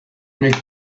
make